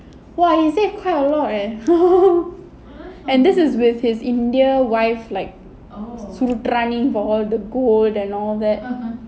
!wah! he save quite a lot leh and this is with his india wife like soothraani him for all the gold and all that